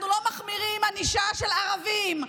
אנחנו לא מחמירים ענישה של ערבים,